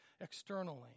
externally